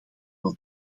wel